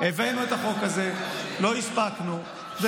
לא הספקנו.